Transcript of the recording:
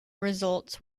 results